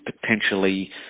potentially